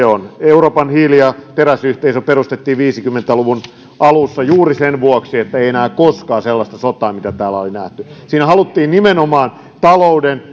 on euroopan hiili ja teräsyhteisö perustettiin viisikymmentä luvun alussa juuri sen vuoksi että ei enää koskaan sellaista sotaa mitä täällä oli nähty siinä haluttiin nimenomaan talouden